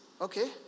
Okay